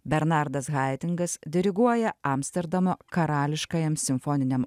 bernardas haidingas diriguoja amsterdamo karališkajam simfoniniam